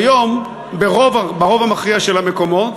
כיום, ברוב המכריע של המקומות,